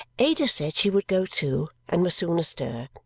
ada said she would go too, and was soon astir.